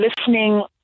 listening